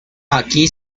aquí